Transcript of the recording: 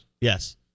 yes